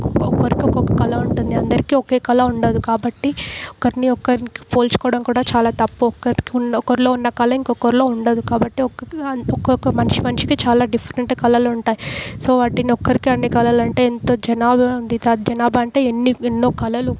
ఒక్కొక్కరికి ఒక్కొక్క కళ ఉంటుంది అందరికీ ఒకే కళ ఉండదు కాబట్టి ఒకరిని ఒకరికి పోల్చుకోవడం కూడా చాలా తప్పు ఒకరితో ఉన్న ఒకరిలో ఉన్న కళ ఇంకొకరిలో ఉండదు కాబట్టి ఒక్క కళ ఒక్కొక్క మనిషి మనిషికి చాలా డిఫరెంట్ కళలు ఉంటాయి సో వాటిని ఒక్కరికి అన్నీ కళలు అంటే ఎంత జనాభా ఉంది అంత జనాభా అంటే ఎన్ని ఎన్నో కళలు